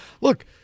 look